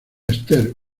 esther